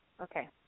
Okay